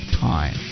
time